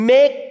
Make